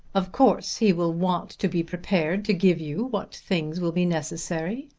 of course he will want to be prepared to give you what things will be necessary.